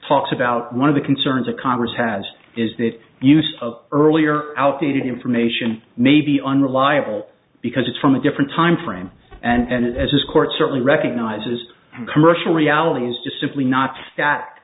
talks about one of the concerns of congress has is that use of earlier outdated information may be unreliable because it's from a different time frame and as this court certainly recognizes commercial reality is just simply not that